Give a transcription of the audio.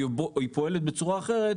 והיא פועלת בצורה אחרת,